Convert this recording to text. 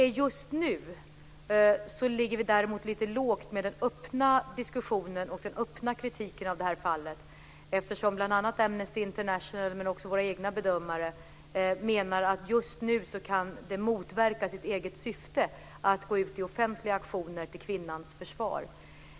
Just nu ligger vi däremot lite lågt med den öppna diskussionen och kritiken av det här fallet eftersom bl.a. Amnesty International men också våra egna bedömare menar att det för tillfället kan motverka sitt eget syfte att gå ut i offentliga aktioner till kvinnans försvar.